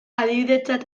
adibidetzat